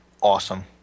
awesome